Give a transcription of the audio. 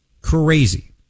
crazy